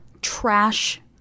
trash